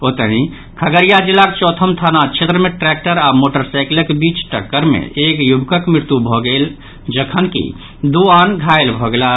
ओतहि खगड़िया जिलाक चौथम थाना क्षेत्र मे ट्रैक्टर आओर मोटरसाइकिलक बीच टक्कर मे एक युवकक मृत्यु भऽ गेल जखनकि दू आन घायल भऽ गेलाह